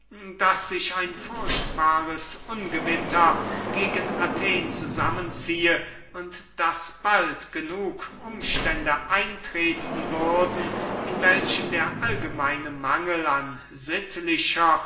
daß sich ein furchtbares ungewitter gegen athen zusammen ziehe und daß bald genug umstände eintreten würden in welchen der allgemeine mangel an sittlicher